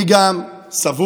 אני גם סבור,